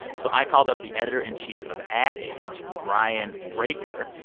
so i called up the editor-in-chief of ad age, brian braiker.